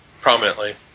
prominently